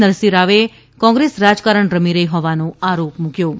નરસિંહરાવે કોંગ્રેસ રાજકારણ રમી રહી હોવાનો આરોપ મૂક્વો છે